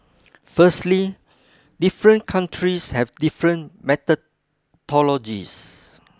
firstly different countries have different methodologies